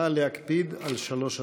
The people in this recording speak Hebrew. נא להקפיד על שלוש הדקות.